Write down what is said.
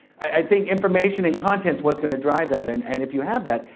i think information and content's what's gonna drive that and and if you have that,